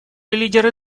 лидеры